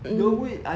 mm